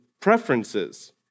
preferences